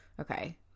okay